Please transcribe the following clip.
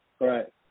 Right